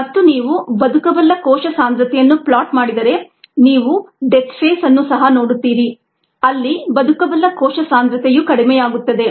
ಮತ್ತು ನೀವು ಬದುಕಬಲ್ಲ ಕೋಶ ಸಾಂದ್ರತೆಯನ್ನು ಪ್ಲಾಟ್ ಮಾಡಿದರೆ ನೀವು ಡೆತ್ ಫೇಸ್ ಅನ್ನು ಸಹ ನೋಡುತ್ತೀರಿ ಅಲ್ಲಿ ಬದುಕಬಲ್ಲ ಕೋಶ ಸಾಂದ್ರತೆಯು ಕಡಿಮೆಯಾಗುತ್ತದೆ